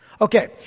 Okay